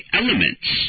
elements